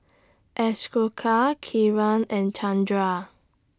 Ashoka Kiran and Chandra